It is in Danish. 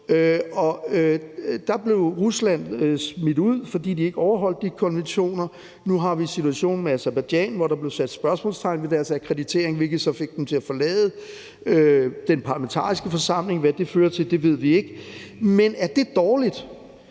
Der blev Rusland smidt ud, fordi de ikke overholdt de konventioner, og nu har vi situationen med Aserbajdsjan, hvor der blev sat spørgsmålstegn ved deres akkreditering, hvilket så fik dem til at forlade den parlamentariske forsamling – hvad det fører til, ved vi ikke – men er det dårligt?